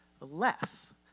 less